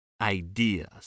ideas